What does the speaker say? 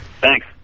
Thanks